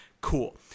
cool